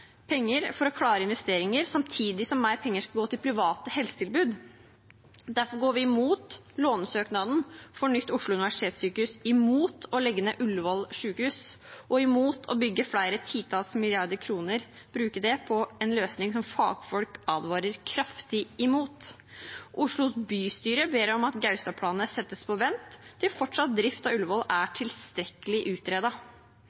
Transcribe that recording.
penger for å klare investeringer samtidig som mer penger skal gå til private helsetilbud. Derfor går vi imot lånesøknaden for nytt Oslo universitetssykehus, imot å legge ned Ullevål sykehus og imot å bruke flere titalls milliarder kroner på en løsning som fagfolk advarer kraftig imot. Oslo bystyre ber om at Gaustad-planene settes på vent til fortsatt drift av Ullevål er